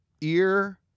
ear